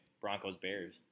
Broncos-Bears